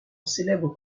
célèbre